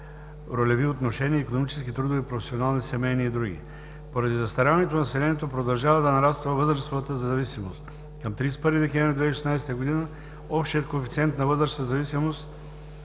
ролеви отношения – икономически, трудови, професионални, семейни и други. Поради застаряването на населението продължава да нараства възрастовата зависимост. Към 31 декември 2016 г. общият коефициент на възрастова зависимост